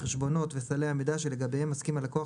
החשבונות וסלי המידע שלגביהם מסכים הלקוח